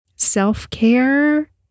Self-care